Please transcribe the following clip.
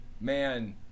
man